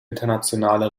internationale